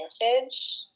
vintage